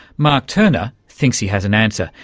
mark turner thinks he has an answer.